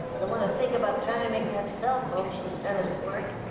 i don't want to think about trying to make that cell phone she sent us work.